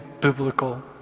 biblical